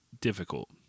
difficult